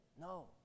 No